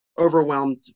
overwhelmed